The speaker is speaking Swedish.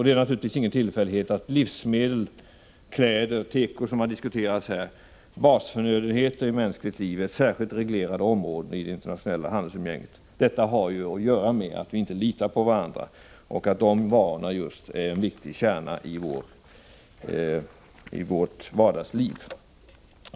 Det är naturligtvis ingen tillfällighet att livsmedel, kläder —teko har diskuterats här — och andra basförnödenheter för mänskligt liv är särskilt reglerade områden i det internationella handelsumgänget. Detta har att göra med att vi inte litar på varandra och att just de varorna är en viktig del i vårt vardagsliv.